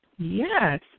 Yes